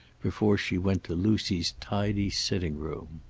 before she went to lucy's tidy sitting-room.